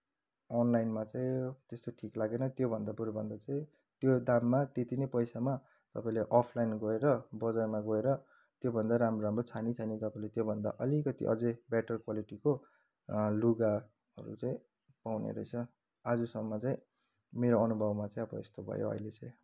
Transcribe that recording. अनलाइनमा चाहिँ त्यस्तो ठिक लागेन त्योभन्दा बरू भन्दा चाहिँ त्यो दाममा त्यति नै पैसामा तपाईँले अफलाइन गएर बजारमा गएर त्योभन्दा राम्रो राम्रो छानी छानी तपाईँले त्योभन्दा अलिकति अझै बेटर क्वालिटीको लुगाहरू चाहिँ पाउने रहेछ आजसम्म चाहिँ मेरो अनुभवमा चाहिँ अब यस्तो भयो अहिले चाहिँ